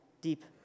deep